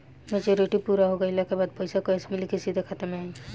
Maturity पूरा हो गइला के बाद पईसा कैश मिली की सीधे खाता में आई?